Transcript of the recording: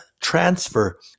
transfer